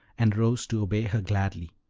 and rose to obey her gladly,